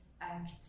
act